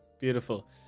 beautiful